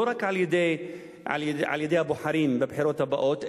לא רק על-ידי הבוחרים בבחירות הבאות,